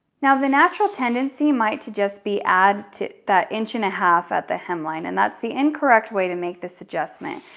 now, the natural tendency might to just be add to that inch and a half at the hemline, and that's the incorrect way to make this adjustment.